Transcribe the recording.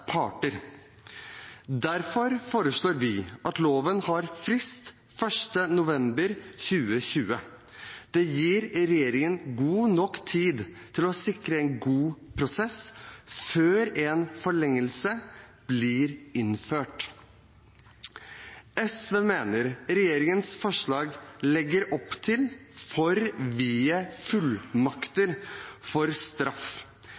parter. Derfor foreslår vi at loven har frist til 1. november 2020. Det gir regjeringen god nok tid til å sikre en god prosess før en forlengelse blir innført. SV mener regjeringens forslag legger opp til for vide fullmakter for straff.